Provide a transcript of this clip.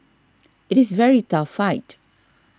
it is very tough fight